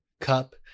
Cup